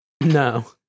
No